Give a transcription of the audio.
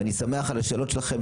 אני שמח על השאלות שלכם,